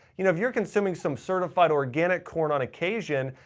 you know if you're consuming some certified organic corn on occasion,